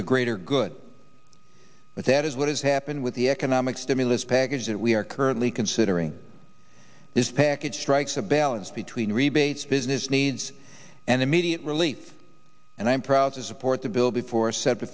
the greater good but that is what has happened with the economic stimulus package that we are currently considering this package strikes a balance between rebates business needs and immediate relief and i am proud to support the bill before separate